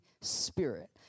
Spirit